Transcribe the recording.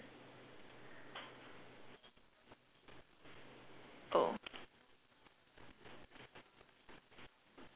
oh